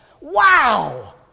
wow